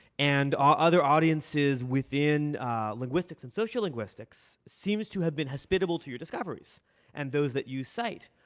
and ah other audiences within linguistics and social linguistics seems to have been hospitable to your discoveries and those that you cite,